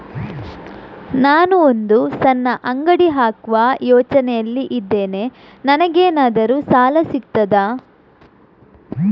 ನಾನು ಒಂದು ಸಣ್ಣ ಅಂಗಡಿ ಹಾಕುವ ಯೋಚನೆಯಲ್ಲಿ ಇದ್ದೇನೆ, ನನಗೇನಾದರೂ ಸಾಲ ಸಿಗ್ತದಾ?